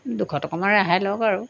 দুশ টকামান ৰেহাই লওক আৰু